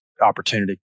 opportunity